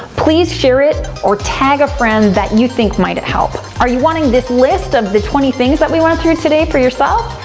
please share it or tag a friend that you think might it help. are you wanting this list of the twenty things that we went through today for yourself?